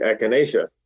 echinacea